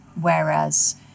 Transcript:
whereas